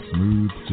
Smooth